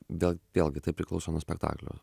bet vėlgi tai priklauso nuo spektaklio